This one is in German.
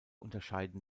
unterscheiden